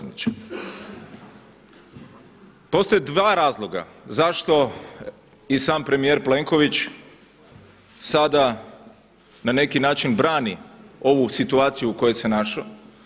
Postoje dva razloga zašto i sam premijer Plenković sada na neki način brani ovu situaciju u kojoj se našao.